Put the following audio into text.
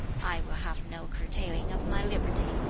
i will have no curtailing of my liberty.